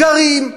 גרים.